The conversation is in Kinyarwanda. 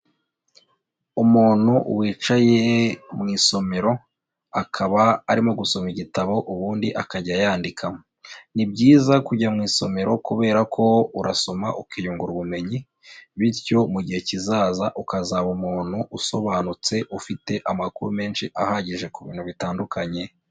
Umuntu wicaye mu isomero, akaba arimo gusoma igitabo ubundi akajya yandika. Ni byiza kujya mu isomero kubera ko urasoma ukiyungura ubumenyi, bityo mu gihe kizaza ukazaba umuntu usobanutse ufite amakuru menshi ahagije ku bintu bitandukanye.